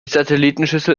satellitenschüssel